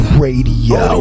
radio